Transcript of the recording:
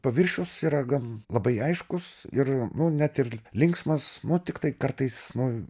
paviršius yra gan labai aiškus ir net ir linksmas nu tiktai kartais nu